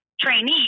trainee